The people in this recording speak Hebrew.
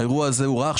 האירוע הזה הוא רע.